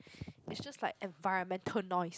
it's just like environmental noise